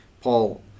Paul